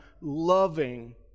loving